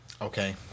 Okay